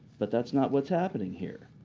but that's not what's happening here.